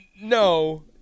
No